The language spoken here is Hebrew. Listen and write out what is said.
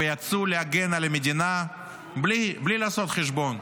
ויצאו להגן על המדינה בלי לעשות חשבון.